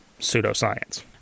pseudoscience